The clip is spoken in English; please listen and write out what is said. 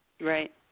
Right